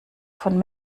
von